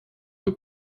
für